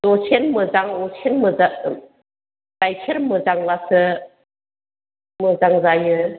दसेनो मोजां दसेनो मोजां गाइखेर मोजांब्लासो मोजां जायो